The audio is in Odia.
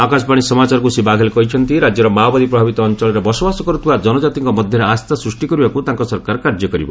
ଆକାଶବାଣୀ ସମାଚାରକୁ ଶ୍ରୀ ବାଘେଲ କହିଛନ୍ତି ରାଜ୍ୟର ମାଓବାଦୀ ପ୍ରଭାବିତ ଅଞ୍ଚଳରେ ବସବାସ କରୁଥିବା ଜନଜାତିଙ୍କ ମଧ୍ୟରେ ଆସ୍ଥା ସୃଷ୍ଟି କରିବାକୁ ତାଙ୍କ ସରକାର କାର୍ଯ୍ୟ କରିବ